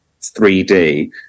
3d